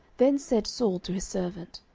then said saul to his servant,